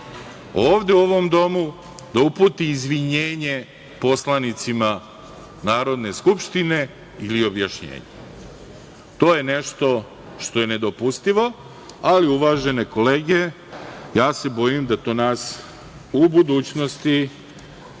ovde u ovom domu, da uputi izvinjenje poslanicima Narodne skupštine ili objašnjenje. To je nešto što je nedopustivo. Uvažene kolege, ja se bojim da to nas u budućnosti,